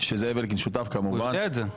-- שאלקין שותף כמובן,